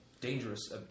dangerous